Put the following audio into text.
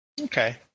Okay